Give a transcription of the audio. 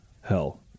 hell